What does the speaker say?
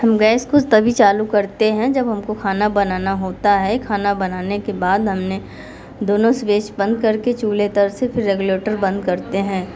हम गैस कुछ तभी चालू करते हैं जब हमको खाना बनाना होता है खाना बनाने के बाद हमने दोनों स्विच बंद करके चूल्हे पर से फिर रेगुलेटर बंद करते हैं